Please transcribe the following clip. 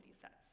sets